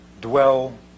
dwell